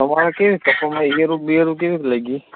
તમારે કેવી કપાસમાં ઈયળો બિયળો કેવી લાગી